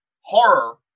horror